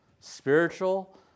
spiritual